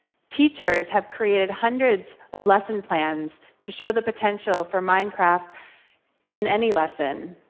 teachers have created hundreds of lesson plans to show the potential for minecraft in any lesson.